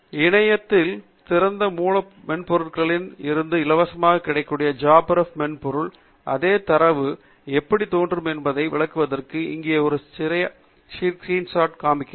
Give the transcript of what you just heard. இணையத் திறந்த மூல மென்பொருளில் இருந்து இலவசமாக கிடைக்கக்கூடிய JabRef மென்பொருளில் அதே தரவு எப்படி தோன்றும் என்பதை விளக்குவதற்கு இங்கே நான் ஒரு திரை ஷாட் பயன்படுத்துகிறேன்